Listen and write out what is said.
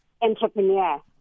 entrepreneur